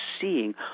seeing